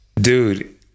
Dude